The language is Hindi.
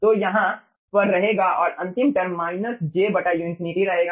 तो यह यहाँ पर रहेगा और अंतिम टर्म माइनस j u∞ रहेगा